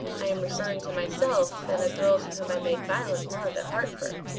i am referring to myself and a girl to whom i made violent love at hertford,